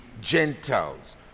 Gentiles